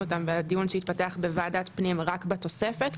אותם בדיון שהתפתח בוועדת פנים רק בתוספת,